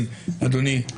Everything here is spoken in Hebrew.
כן, אדוני.